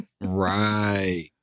right